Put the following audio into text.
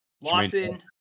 Lawson